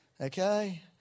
okay